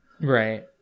Right